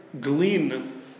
glean